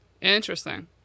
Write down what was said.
Interesting